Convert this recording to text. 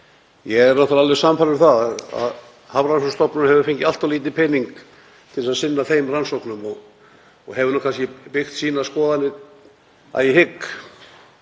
Ég er alveg sannfærður um að Hafrannsóknastofnun hefur fengið allt of lítinn pening til að sinna þeim rannsóknum og hefur nú kannski byggt sínar skoðanir á því,